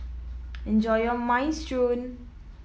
enjoy your Minestrone